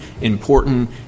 important